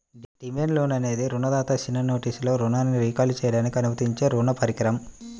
demand loan అనేది రుణదాత చిన్న నోటీసులో రుణాన్ని రీకాల్ చేయడానికి అనుమతించే రుణ పరికరం